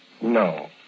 No